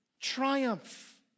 triumph